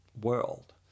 world